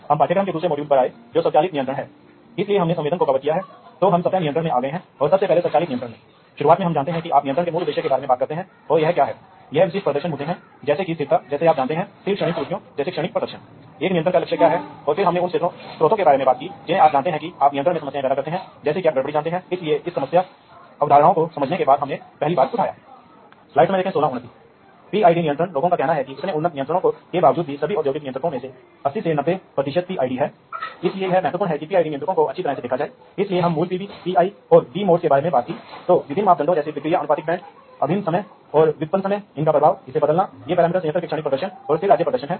तो पर्यावरण बहुत शोर है इसलिए ताकि डेटा दूषित होने की संभावना वास्तव में बहुत अधिक है और दूसरी बात यह है कि भ्रष्ट डेटा होने के परिणाम क्योंकि यह एक नियंत्रण अनुप्रयोग है जैसा कि आपने इस पाठ्यक्रम पर कई बार जोर दिया है यह औद्योगिक स्वचालन एक महत्वपूर्ण प्रकार का कंप्यूटिंग है और यहां आवश्यक है